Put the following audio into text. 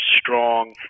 strong